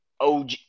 OG